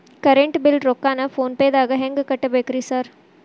Current bill ರೊಕ್ಕಾನ phone ಪೇದಾಗ ಹೆಂಗ್ ಕಟ್ಟಬೇಕ್ರಿ ಸರ್?